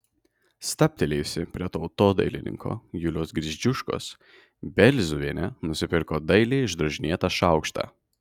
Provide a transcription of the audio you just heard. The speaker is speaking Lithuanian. stabtelėjusi prie tautodailininko juliaus gridziuškos belzuvienė nusipirko dailiai išdrožinėtą šaukštą